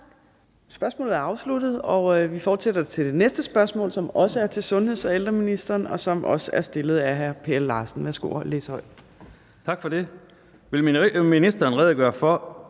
Spørgsmålet er afsluttet. Vi fortsætter med det næste spørgsmål, som også er til sundheds- og ældreministeren, og som også er stillet af hr. Per Larsen. Kl. 15:48 Spm. nr. S 614 8) Til sundheds- og